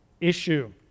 issue